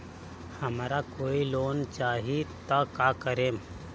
हमरा कोई लोन चाही त का करेम?